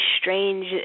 strange